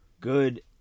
good